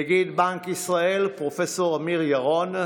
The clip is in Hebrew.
נגיד בנק ישראל פרופ' אמיר ירון,